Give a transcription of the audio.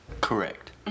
Correct